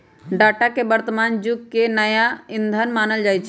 data के वर्तमान जुग के नया ईंधन मानल जाई छै